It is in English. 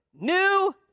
new